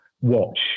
watch